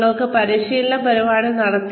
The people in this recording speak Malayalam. നിങ്ങൾ ഒരു പരിശീലന പരിപാടി നടത്തി